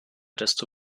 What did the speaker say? desto